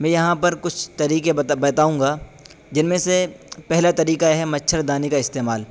میں یہاں پر کچھ طریقے بتاؤں گا جن میں سے پہلا طریقہ ہے مچھر دانی کا استعمال